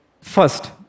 First